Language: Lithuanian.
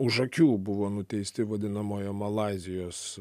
už akių buvo nuteisti vadinamojo malaizijos